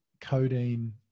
codeine